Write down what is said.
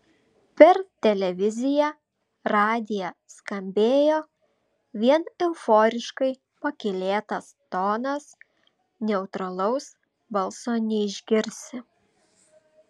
per televiziją radiją skambėjo vien euforiškai pakylėtas tonas neutralaus balso neišgirsi